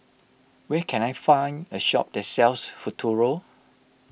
where can I find a shop that sells Futuro